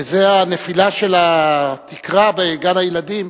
וזה הנפילה של התקרה בגן-הילדים,